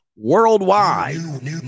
worldwide